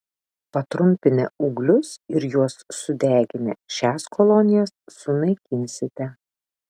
patrumpinę ūglius ir juos sudeginę šias kolonijas sunaikinsite